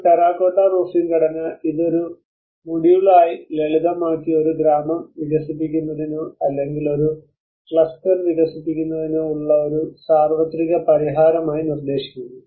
ഒരു terracotta roofing ഘടന ഇത് ഒരു മൊഡ്യൂളായി ലളിതമാക്കി ഒരു ഗ്രാമം വികസിപ്പിക്കുന്നതിനോ അല്ലെങ്കിൽ ഒരു ക്ലസ്റ്റർ വികസിപ്പിക്കുന്നതിനോ ഉള്ള ഒരു സാർവത്രിക പരിഹാരമായി നിർദ്ദേശിക്കുന്നു